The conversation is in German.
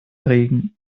regen